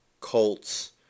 Colts